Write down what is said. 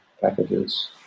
packages